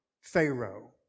Pharaoh